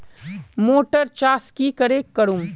Motor चास की करे करूम?